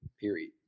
Period